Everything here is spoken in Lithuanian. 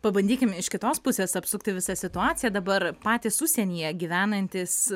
pabandykime iš kitos pusės apsukti visą situaciją dabar patys užsienyje gyvenantys